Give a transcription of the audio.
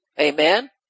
Amen